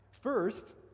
First